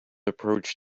approach